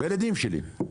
בילדים שלי.